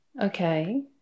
Okay